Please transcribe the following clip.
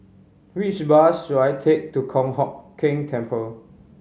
which bus should I take to Kong Hock Keng Temple